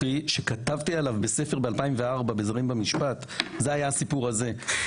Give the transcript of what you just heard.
שכתבתי עליו בספר בשנת 2004 בזרים במשפט זה היה הסיפור של ג'ני ברוכי,